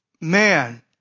man